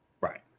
Right